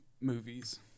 movies